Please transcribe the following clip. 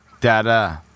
Dada